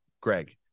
Greg